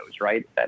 right